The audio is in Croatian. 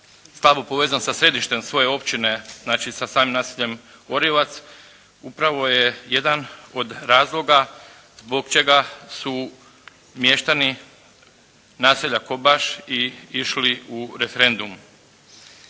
slabo povezan sa središtem svoje općine, znači sa samim naseljem Orijovac upravo je jedan od razloga zbog čega su mještani naselja Kobaš i išli u referendum.